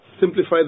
simplify